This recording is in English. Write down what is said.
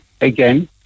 again